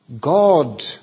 God